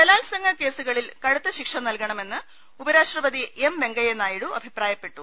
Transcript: ബലാത്സംഗ കേസുകളിൽ കടുത്ത ശിക്ഷ നല്കണമെന്ന് ഉപ രാഷ്ട്രപതി എം വെങ്കയ്യനായിഡു അഭിപ്രായപ്പെട്ടു